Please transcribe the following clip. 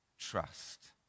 trust